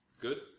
Good